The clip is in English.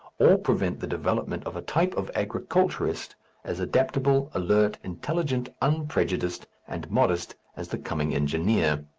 or prevent the development of a type of agriculturist as adaptable, alert, intelligent, unprejudiced, and modest as the coming engineer.